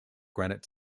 granite